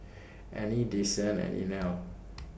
Annie Desean and Inell